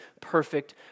perfect